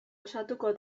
osatuko